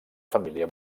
família